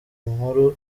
nkuru